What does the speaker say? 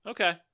Okay